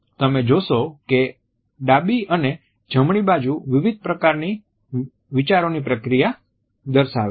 તમે જોશો કે ડાબી અને જમણી બાજુ વિવિધ પ્રકારની વિચારની પ્રક્રિયા દર્શાવે છે